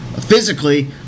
physically